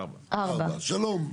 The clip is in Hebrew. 4. 4. 4. שלום.